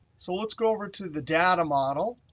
so let's go over to the data model.